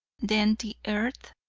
then the earth,